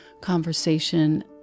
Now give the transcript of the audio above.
conversation